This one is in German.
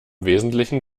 wesentlichen